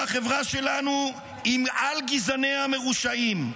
והחברה שלנו היא מעל גזעניה המרושעים,